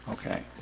Okay